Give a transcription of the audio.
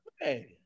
hey